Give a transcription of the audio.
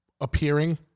appearing